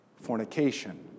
fornication